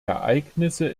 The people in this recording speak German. ereignisse